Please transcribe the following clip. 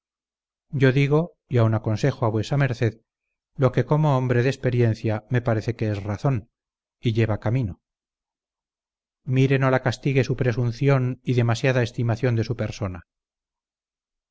yo digo y aun aconsejo a vuesa merced lo que como hombre de experiencia me parece que es razón y lleva camino mire no la castigue su presunción y demasiada estimación de su persona